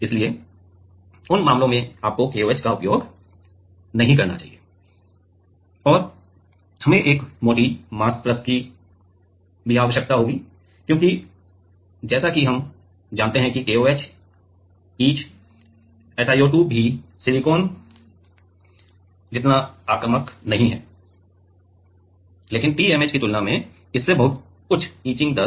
इसलिए उन मामलों में आपको KOH का उपयोग नहीं करना चाहिए और हमें एक मोटी मास्क परत की आवश्यकता है क्योंकि जैसा कि हम कह रहे थे कि KOH इच SiO2 भी संदर्भ समय 0921 सिलिकॉन जितना आक्रामक नहीं है लेकिन TMAH की तुलना में इसमें बहुत उच्च इचिंग दर